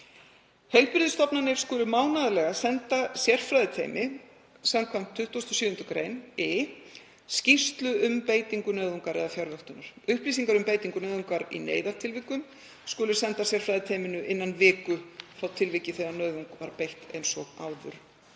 Heilbrigðisstofnanir skulu mánaðarlega senda sérfræðiteymi samkvæmt 27. gr. i skýrslu um beitingu nauðungar eða fjarvöktunar. Upplýsingar um beitingu nauðungar í neyðartilvikum skulu sendar sérfræðiteyminu innan viku frá tilviki þegar nauðung var beitt, eins og áður